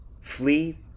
flee